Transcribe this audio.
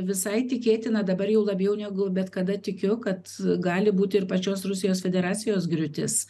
visai tikėtina dabar jau labiau negu bet kada tikiu kad gali būti ir pačios rusijos federacijos griūtis